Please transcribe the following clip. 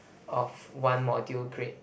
of one module grade